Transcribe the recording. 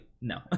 no